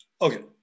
Okay